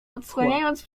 odsłaniając